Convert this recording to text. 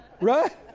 Right